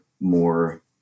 more